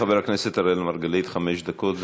חבר הכנסת אראל מרגלית, חמש דקות.